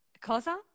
Cosa